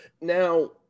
now